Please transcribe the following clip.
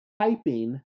typing